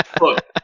Look